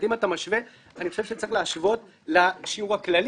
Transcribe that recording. זאת אומרת שאם אתה משווה אני חושב שצריך להשוות לשיעור הכללי.